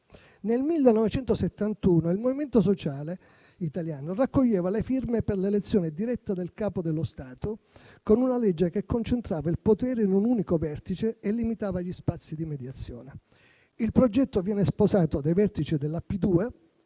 Nel 1971 il Movimento Sociale Italiano raccoglieva le firme per l'elezione diretta del Capo dello Stato con una legge che concentrava il potere in un unico vertice e limitava gli spazi di mediazione. Il progetto viene sposato dai vertici della P2,